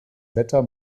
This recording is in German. wetter